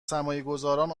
سرمایهگذاران